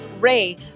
Ray